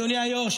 אדוני היו"ר,